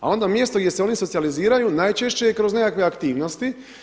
A onda mjesto gdje se oni socijaliziraju najčešće je kroz nekakve aktivnosti.